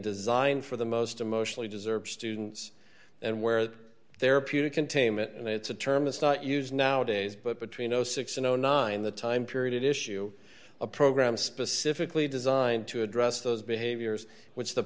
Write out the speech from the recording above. designed for the most emotionally deserved students and where the therapeutic containment and it's a term is not used nowadays but between six and nine the time period it issue a program specifically designed to address those behaviors which the